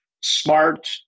smart